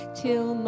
till